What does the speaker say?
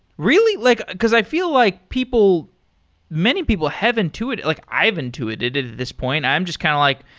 really? like because i feel like people many people have intuited, like i have intuited at this point. i'm just kind of like,